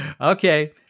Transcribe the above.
Okay